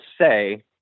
say